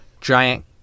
giant